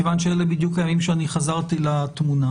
מכיוון שאלה בדיוק הימים שחזרתי לתמונה.